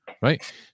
Right